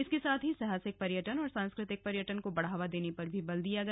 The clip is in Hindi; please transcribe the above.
इसके साथ ही साहसिक पर्यटन और सांस्कृतिक पर्यटन को बढ़ावा देने पर बल दिया गया